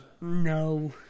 No